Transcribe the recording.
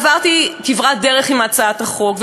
עברתי כברת דרך עם הצעת החוק,